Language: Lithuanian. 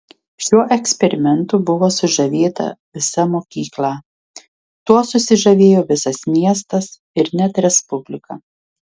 šiuo eksperimentu buvo sužavėta visa mokyklą tuo susižavėjo visas miestas ir net respublika